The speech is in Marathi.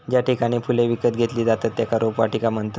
ज्या ठिकाणी फुले विकत घेतली जातत त्येका रोपवाटिका म्हणतत